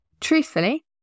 Truthfully